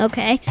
Okay